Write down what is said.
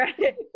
right